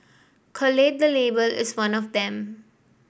collate the Label is one of them